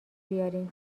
بیارین